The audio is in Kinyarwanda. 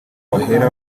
bahera